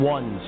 One